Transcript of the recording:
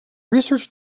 research